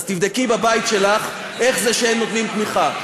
אז תבדקי בבית שלך, איך זה שהם נותנים תמיכה.